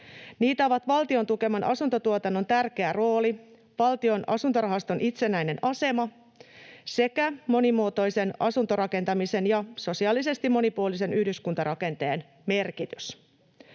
Niitä ovat valtion tukeman asuntotuotannon tärkeä rooli, Valtion asuntorahaston itsenäinen asema sekä monimuotoisen asuntorakentamisen ja sosiaalisesti monipuolisen yhdyskuntarakenteen merkitys.